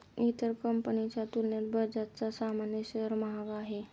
इतर कंपनीच्या तुलनेत बजाजचा सामान्य शेअर महाग आहे